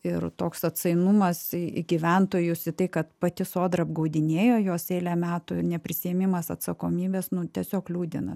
ir toks atsainumas į į gyventojus į tai kad pati sodra apgaudinėjo juos eilę metų neprisiėmimas atsakomybės tiesiog liūdina